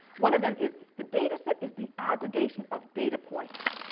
one of them is the data set is the aggregation of data points.